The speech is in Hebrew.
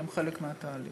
אבל הם חלק מהתהליך.